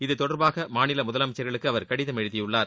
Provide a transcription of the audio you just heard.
இது தொடர்பாக மாநில முதலமைச்சர்களுக்கு அவர் கடிதம் எழுதியுள்ளார்